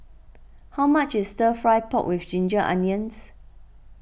how much is Stir Fry Pork with Ginger Onions